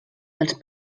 dels